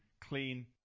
clean